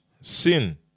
sin